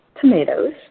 tomatoes